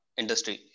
industry